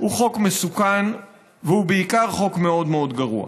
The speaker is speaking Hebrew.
הוא חוק מסוכן, והוא בעיקר חוק מאוד מאוד גרוע,